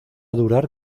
durar